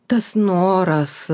tas noras